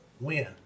win